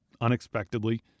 unexpectedly